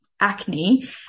acne